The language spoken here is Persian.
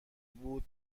بود